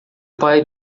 pai